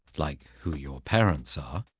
like who your parents are,